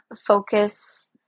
focus